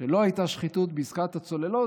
שלא הייתה שחיתות בעסקת הצוללות,